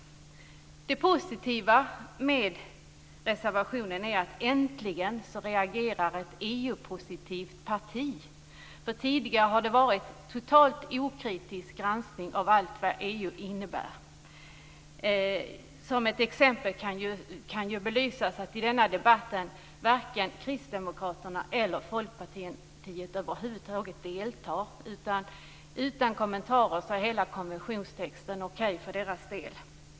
Det positiva med reservationen är att ett EU-positivt parti äntligen reagerar. Tidigare har man varit totalt okritisk i sin granskning av vad EU innebär. Ett belysande exempel är att varken Kristdemokraterna eller Folkpartiet över huvud taget deltar i denna debatt. Utan kommentarer är hela konventionstexten okej för deras del.